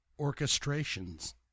orchestrations